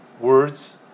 words